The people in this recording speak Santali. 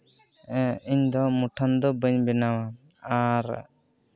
ᱤᱧᱫᱚ ᱢᱩᱴᱷᱟᱹᱱ ᱫᱚ ᱵᱟᱹᱧ ᱵᱮᱱᱟᱣᱟ ᱟᱨ